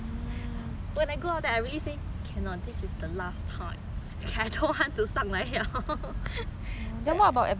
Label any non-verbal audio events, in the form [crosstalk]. cannot this is the last time I don't want to 上来了 [laughs] adventure cove ah !wah! if